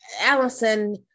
Allison